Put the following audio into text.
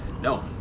no